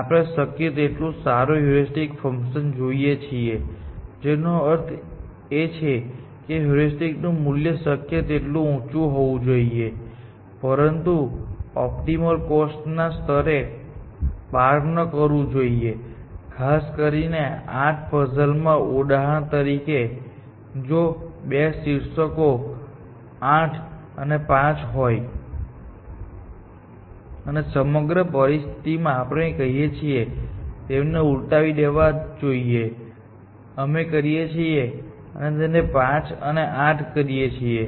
તેથી આપણે શક્ય તેટલું સારું હ્યુરિસ્ટિક ફંકશન જોઈએ છીએ જેનો અર્થ એ છે કે હ્યુરિસ્ટિક મૂલ્ય શક્ય તેટલું ઊંચું હોવું જોઈએ પરંતુ તે ઓપ્ટિમલ કોસ્ટ ના સ્તરને પાર ન કરવું જોઈએ ખાસ કરીને 8 પઝલ માં ઉદાહરણ તરીકે જો 2 શીર્ષકો 8 અને 5 હોય અને સમગ્ર પરિસ્થિતિમાં આપણે કહીએ કે તેમને ઉલટાવી દેવા જોઈએ અમે કરીએ છીએ અને તેને 5 અને 8 કરીએ છીએ